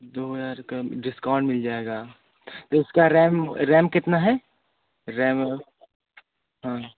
दो हज़ार रूपये डिस्काउंट मिल जाएगा तो उसका रैम रैम कितना है रैम हाँ